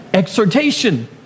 Exhortation